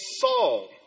Saul